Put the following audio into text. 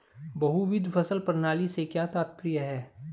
बहुविध फसल प्रणाली से क्या तात्पर्य है?